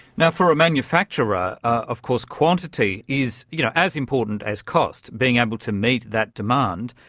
now for a manufacturer, of course quantity is you know as important as cost, being able to meet that demand.